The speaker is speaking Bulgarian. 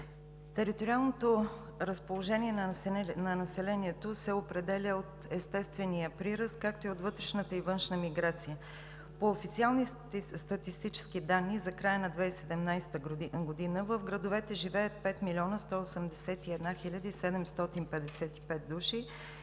Териториалното разположение на населението се определя от естествения прираст, както и от вътрешната и външната миграция. По официални статистически данни в края на 2017 г. в градовете живеят 5 181 755 души,